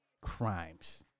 crimes